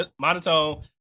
Monotone